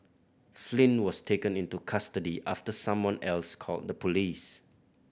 Flynn was taken into custody after someone else called the police